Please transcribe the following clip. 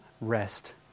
rest